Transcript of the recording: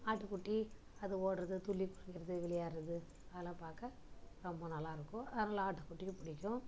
ஆட்டுக்குட்டி அது ஓடுகிறது துள்ளி குதிக்கிறது விளையாடுறது அதலாம் பார்க்க ரொம்ப நல்லாஇருக்கும் அதனால் ஆட்டுக்குட்டியும் பிடிக்கும்